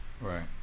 Right